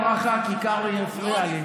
אני רוצה הארכה, כי קרעי הפריע לי.